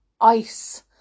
ice